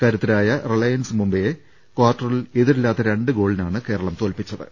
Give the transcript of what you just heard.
കരുത്തരായ റിലയൻസ് മുബൈയെ ക്വാർട്ടറിൽ എതിരില്ലാത്ത രണ്ട് ഗോളിനാണ് കേരളം തോല്പിച്ചത്